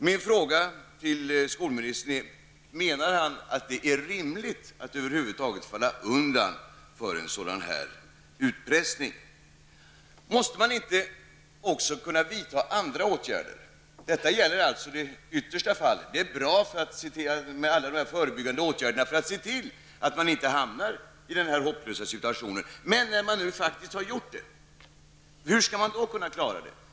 Min fråga till skolministern är: Menar skolministern att det är rimligt att över huvud taget falla undan för en sådan utpressning? Måste man inte kunna vidta också andra åtgärder? Detta gäller alltså det yttersta fallet. Det är bra med alla de förebyggande åtgärder som skolministern talar om i svaret för att se till att man inte hamnar i den här hopplösa situationen. Men när man nu faktiskt har gjort det -- hur skall man då lösa problemen?